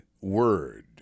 word